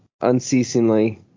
unceasingly